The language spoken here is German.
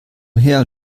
her